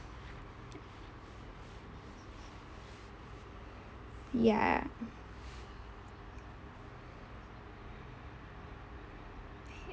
ya